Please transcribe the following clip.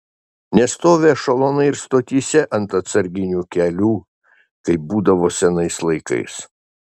nestovi ešelonai ir stotyse ant atsarginių kelių kaip būdavo senais laikais